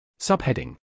Subheading